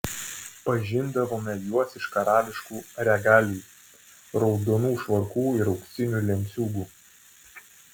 pažindavome juos iš karališkų regalijų raudonų švarkų ir auksinių lenciūgų